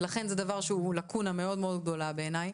ולכן וזה דבר שהוא לקונה מאוד מאוד גדולה בעיניי,